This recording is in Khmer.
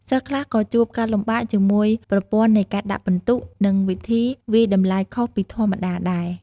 សិស្សខ្លះក៏ជួបការលំបាកជាមួយប្រព័ន្ធនៃការដាក់ពិន្ទុ និងវិធីវាយតម្លៃខុសពីធម្មតាដែរ។